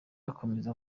akomeza